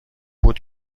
بود